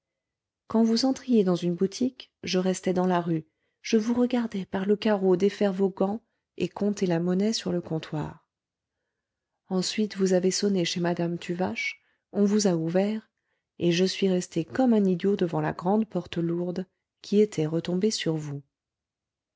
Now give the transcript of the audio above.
quand vous entriez dans une boutique je restais dans la rue je vous regardais par le carreau défaire vos gants et compter la monnaie sur le comptoir ensuite vous avez sonné chez madame tuvache on vous a ouvert et je suis resté comme un idiot devant la grande porte lourde qui était retombée sur vous